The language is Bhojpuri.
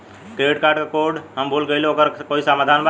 क्रेडिट कार्ड क कोड हम भूल गइली ओकर कोई समाधान बा?